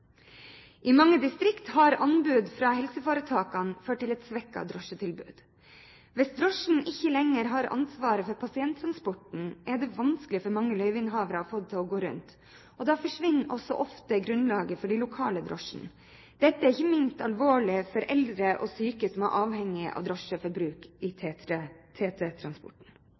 I mange distrikter har anbud fra helseforetakene ført til et svekket drosjetilbud. Hvis drosjene ikke lenger har ansvaret for pasienttransporten, er det vanskelig for mange løyveinnehavere å få det til å gå rundt. Da forsvinner også ofte grunnlaget for de lokale drosjene. Dette er ikke minst alvorlig for eldre og syke som er avhengig av drosje til bruk i